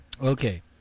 Okay